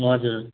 हजुर